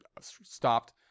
stopped